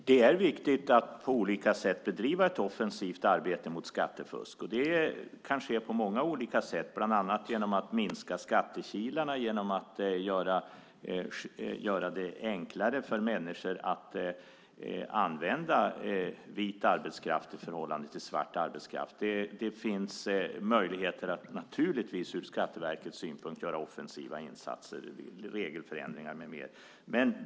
Fru talman! Det är viktigt att på olika sätt bedriva ett offensivt arbete mot skattefusk. Det kan ske på många olika sätt. Bland annat kan vi minska skattekilarna genom att göra det enklare för människor att använda vit arbetskraft i förhållande till svart arbetskraft. Det finns naturligtvis möjligheter att göra offensiva insatser ur Skatteverkets synpunkt i form av regelförändringar med mera.